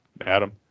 Adam